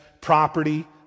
property